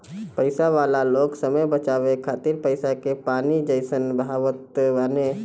पईसा वाला लोग समय बचावे खातिर पईसा के पानी जइसन बहावत बाने